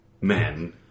men